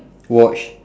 watch